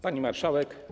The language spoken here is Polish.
Pani Marszałek!